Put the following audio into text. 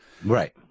Right